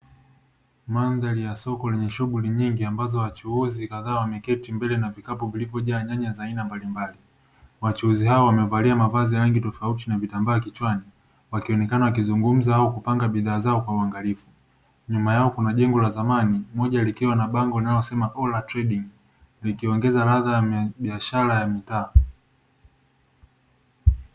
Mandahari ya soko lenye shuguli nyingi ambazo wachuuzi kadhaa wameketi mbele na vikapu vya nyanya za aina mbalimbali, wachuuzi hao wamevalia mavazi ya rangi tofauti na vitambaa kichwani wakionekana kuzungumza au kupanga bidhaa zao kwa uangalifu, nyuma yao kuna jengo la zamani, moja likiwa na bango linalo sema (OLA TRADING), ikiongeza ladha ya biashara ya mtaa.